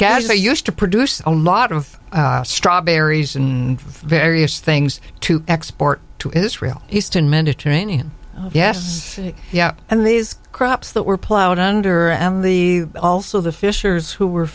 are used to produce a lot of strawberries and various things to export to israel eastern mediterranean yes yeah and these crops that were plowed under the also the fishers who were